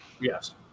Yes